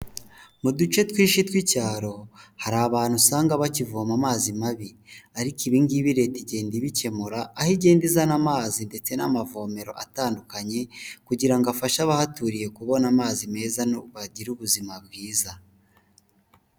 Mu duce twinshi tw'icyaro hari abantu usanga bakivoma amazi mabi, ariko ibi ngibi leta igenda ibikemura, aho igenda izana amazi ndetse n'amavomero atandukanye kugira ngo afashe abahaturiye kubona amazi meza bagira ubuzima bwiza.